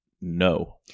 no